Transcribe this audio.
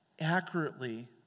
accurately